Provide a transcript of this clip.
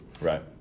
Right